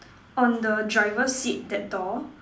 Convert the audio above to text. on the driver seat that door